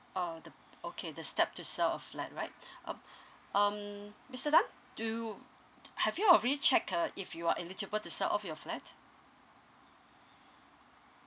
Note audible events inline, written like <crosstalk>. uh the okay the step to sell a flat right <breath> um um mister tan do have you already check uh if you're eligible to sell off your flat